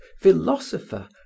philosopher